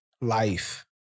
life